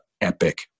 epic